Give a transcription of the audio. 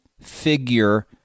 figure